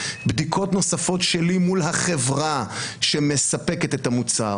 בדיקות נוספות שלי מול החברה שמספקת את המוצר